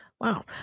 Wow